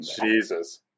Jesus